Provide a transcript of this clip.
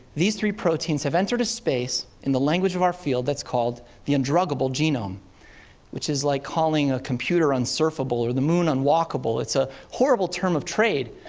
these three proteins have entered a space, in the language of our field, that's called the undruggable genome which is like calling a computer unsurfable or the moon unwalkable. it's a horrible term of trade.